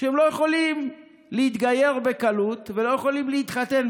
שהם לא יכולים להתגייר בקלות ולא יכולים להתחתן.